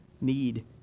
need